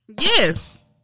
Yes